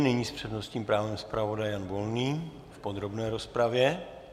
Nyní s přednostním právem zpravodaj Jan Volný v podrobné rozpravě.